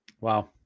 Wow